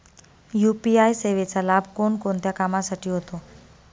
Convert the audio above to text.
UPI सेवेचा लाभ कोणकोणत्या कामासाठी होतो?